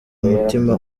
umutima